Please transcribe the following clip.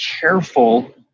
careful